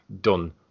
done